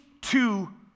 two